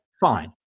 Fine